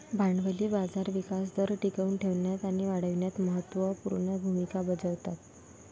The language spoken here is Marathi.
भांडवली बाजार विकास दर टिकवून ठेवण्यात आणि वाढविण्यात महत्त्व पूर्ण भूमिका बजावतात